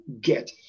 get